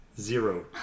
zero